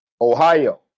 Ohio